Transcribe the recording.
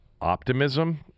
optimism